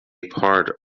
part